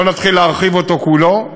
לא נתחיל להרחיב אותו כולו.